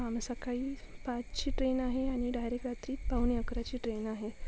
आम सकाळी पाचची ट्रेन आहे आणि डायरेक्ट रात्री पाऊणे अकराची ट्रेन आहे